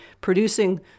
producing